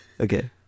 Okay